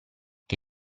che